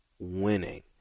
Winning